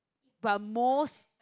but most